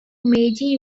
meiji